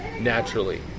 naturally